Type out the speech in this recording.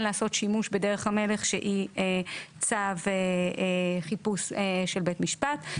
לעשות בדרך המלך שהיא צו חיפוש של בית משפט.